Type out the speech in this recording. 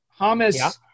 Hamas